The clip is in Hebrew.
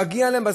מגיע להן.